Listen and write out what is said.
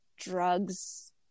drugs